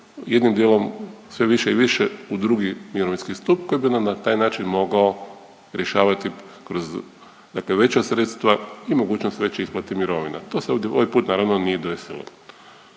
jednim dijelom sve više i više u drugi mirovinski stup koji bi nam na taj način mogao rješavati kroz, dakle veća sredstva i mogućnost veće isplate mirovina. To se ovaj put naravno nije desilo.